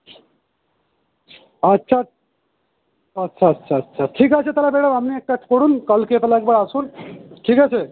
আচ্ছা আচ্ছা আচ্ছা আচ্ছা ঠিক আছে তাহলে ম্যাডাম আপনি এক কাজ করুন কালকে তাহলে একবার আসুন ঠিক আছে